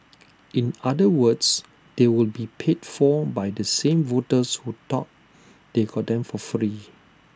in other words they will be paid for by the same voters who thought they got them for free